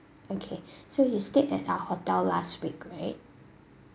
okay so you stayed at our hotel last week right